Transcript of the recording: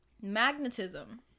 Magnetism